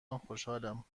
خوشحالم